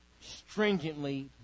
stringently